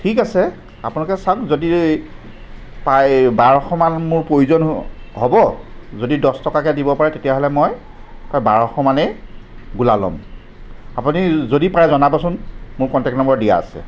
ঠিক আছে আপোনালোকে চাওক যদি প্ৰায় বাৰশমান মোৰ প্ৰয়োজন হ'ব যদি দহ টকাকৈ দিব পাৰে তেতিয়াহ'লে মই বাৰশ মানেই গোল্লা ল'ম আপুনি যদি পাৰে জনাবচোন মোৰ কণ্টেক্ট নম্বৰ দিয়া আছে